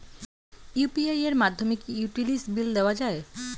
UPI এর মাধ্যমে কি ইউটিলিটি বিল দেওয়া যায়?